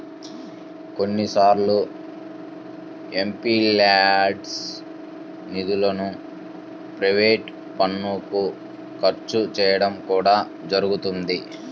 కొన్నిసార్లు ఎంపీల్యాడ్స్ నిధులను ప్రైవేట్ పనులకు ఖర్చు చేయడం కూడా జరుగుతున్నది